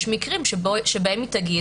יש מקרים שבהם היא תגיד,